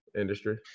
industry